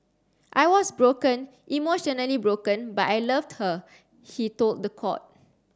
I was broken emotionally broken but I loved her he told court